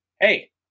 Hey